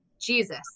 Jesus